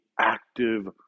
active